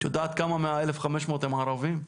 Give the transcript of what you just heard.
את יודעת כמה מהאלף חמש מאות הם ערבים?